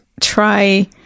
try